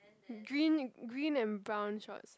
green green and brown shorts